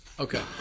Okay